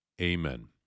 Amen